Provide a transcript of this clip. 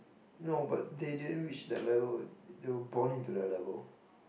no but they didn't reach that level they were born into that level